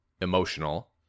emotional